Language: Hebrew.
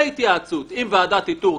בהתייעצות עם ועדת איתור,